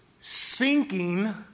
sinking